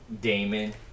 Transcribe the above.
Damon